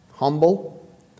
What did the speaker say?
Humble